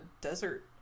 desert